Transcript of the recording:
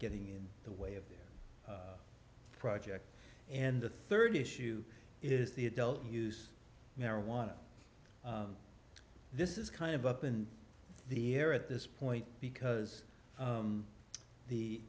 getting in the way of the project and the third issue is the adult use marijuana this is kind of up in the air at this point because